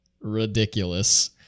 ridiculous